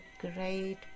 great